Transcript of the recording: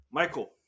michael